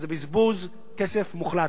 זה בזבוז כסף מוחלט.